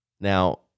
Now